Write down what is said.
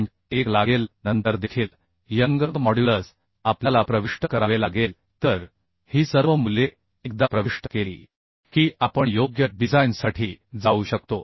1 लागेल नंतर देखील यंग मॉड्युलस आपल्याला प्रविष्ट करावे लागेल तर ही सर्व मूल्ये एकदा प्रविष्ट केली की आपण योग्य डिझाइनसाठी जाऊ शकतो